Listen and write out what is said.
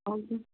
அவனுக்கு